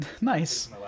Nice